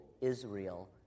Israel